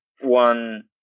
one